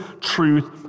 truth